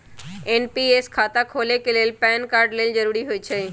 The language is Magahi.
एन.पी.एस खता खोले के लेल पैन कार्ड लेल जरूरी होइ छै